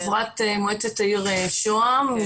חברת מועצת העיר שוהם,